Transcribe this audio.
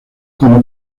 como